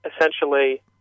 essentially